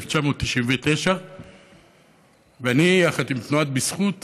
1999. אני ותנועת בזכות